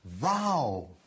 Wow